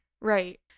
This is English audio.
Right